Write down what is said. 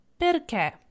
Perché